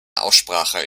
aussprache